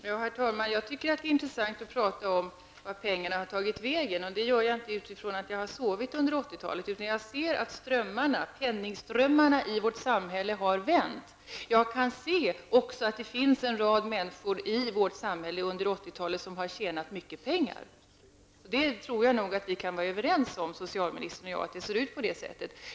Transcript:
Herr talman! Jag tycker att det är intressant att tala om vart pengarna har tagit vägen, och det gör jag inte utifrån att jag har sovit under 80-talet. Jag ser att penningströmmarna i vårt samhälle har vänt. Jag kan också se att det finns en rad av människor som under 80-talet har tjänat mycket pengar. Jag tror att socialministern och jag kan vara överens om att så är fallet.